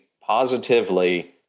positively